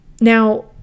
Now